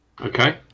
Okay